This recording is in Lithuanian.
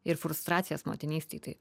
ir frustracijas motinystėj tai